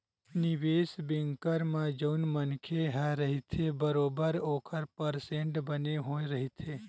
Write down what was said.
निवेस बेंकर म जउन मनखे ह रहिथे बरोबर ओखर परसेंट बने होय रहिथे